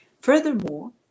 Furthermore